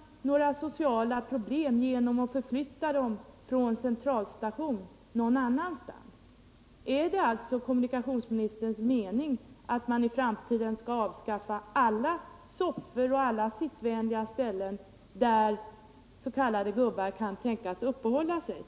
— några sociala problem genom att förflytta de s.k. gubbarna från Centralstationen någon annanstans. Är det alltså kommunikationsministerns mening att man i framtiden skall avskaffa alla soffor och alla sittvänliga ställen där dessa kan tänkas uppehålla sig?